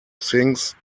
sinks